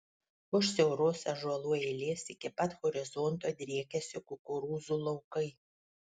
už siauros ąžuolų eilės iki pat horizonto driekiasi kukurūzų laukai